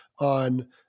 on